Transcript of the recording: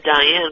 Diane